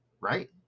right